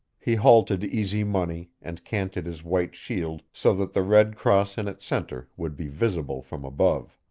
he halted easy money and canted his white shield so that the red cross in its center would be visible from above.